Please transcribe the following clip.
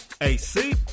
AC